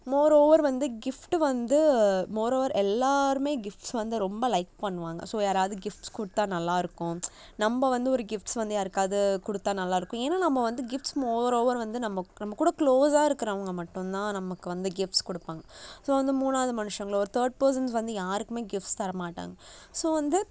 moreover வந்து gift வந்து moreover எல்லோருமே கிஃப்ட்ஸ் வந்து ரொம்ப லைக் பண்ணுவாங்க ஸோ யாராவது கிஃப்ட்ஸ் கொடுத்தா நல்லாயிருக்கும் நம்ம வந்து ஒரு கிஃப்ட்ஸ் வந்து யாருக்காவது கொடுத்தா நல்லாயிருக்கும் ஏனால் நம்ம வந்து கிஃப்ட்ஸ் மோரோவர் வந்து நம்ம நம்மகூட குளோஸாக இருக்கிறவங்க மட்டும்தான் நமக்கு வந்து கிஃப்ட்ஸ் கொடுப்பாங்க ஸோ வந்து மூணாவது மனுஷங்களோ ஒரு தேர்ட் பர்சன்ஸ் வந்து யாருக்குமே கிஃப்ட்ஸ் தர மாட்டாங்க ஸோ வந்து